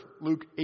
Luke